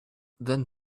then